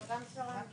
גם שר"מ נשאר.